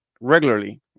Regularly